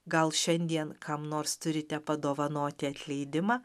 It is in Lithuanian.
gal šiandien kam nors turite padovanoti atleidimą